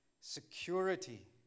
security